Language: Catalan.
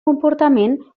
comportament